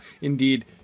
Indeed